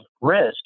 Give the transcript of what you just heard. risk